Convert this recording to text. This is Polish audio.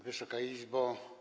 Wysoka Izbo!